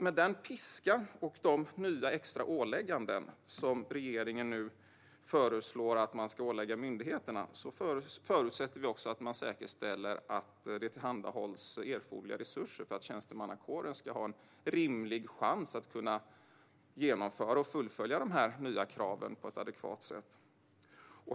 Med den piska och de nya extra ålägganden som regeringen nu föreslår myndigheterna förutsätter vi också att man säkerställer att det tillhandahålls erforderliga resurser för att tjänstemannakåren ska ha en rimlig chans att genomföra och fullfölja de nya kraven på ett adekvat sätt.